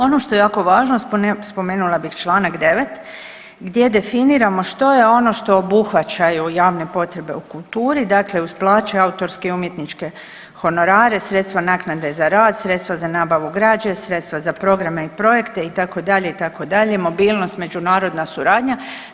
Ono što je jako važno spomenula bih Članak 9. gdje definiramo što je ono što obuhvaćaju javne potrebe u kulturi, dakle uz plaće, autorske i umjetničke honorare, sredstva naknade za rad, sredstva za nabavu građe, sredstva za programe i projekte itd., itd., mobilnost, međunarodna suradnja.